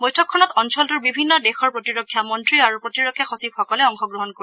বৈঠকখনত অঞ্চলটোৰ বিভিন্ন দেশৰ প্ৰতিৰক্ষা মন্ত্ৰী আৰু প্ৰতিৰক্ষা সচিবসকলে অংশগ্ৰহণ কৰিব